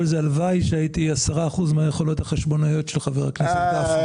הלוואי שהייתי 10% מהיכולות החשבונאיות של חבר הכנסת גפני.